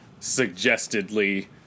suggestedly